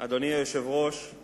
אדוני היושב-ראש,